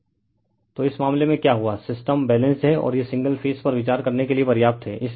refer slide time 2743 तो इस मामले में क्या हुआ सिस्टम बैलेंस्ड है और यह सिंगल फेज पर विचार करने के लिए पर्याप्त है